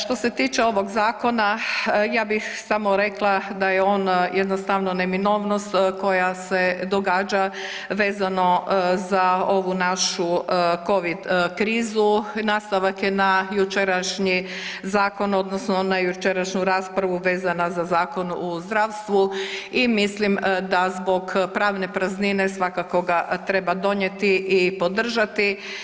Što se tiče ovog zakona, ja bih samo rekla da je on jednostavno neminovnost koja se događa vezano za ovu našu covid krizu, nastavak je na jučerašnji zakon odnosno na jučerašnju raspravu vezano za zakon u zdravstvu i mislim da zbog pravne praznine svakako ga treba donijeti i podržati.